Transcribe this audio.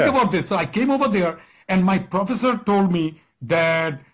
about this. i came over there and my professor told me that,